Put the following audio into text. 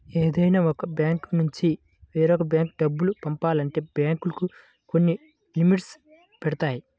ఏదైనా ఒక బ్యాంకునుంచి వేరొక బ్యేంకు డబ్బు పంపాలంటే బ్యేంకులు కొన్ని లిమిట్స్ పెడతాయి